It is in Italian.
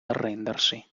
arrendersi